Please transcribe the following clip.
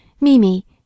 mimi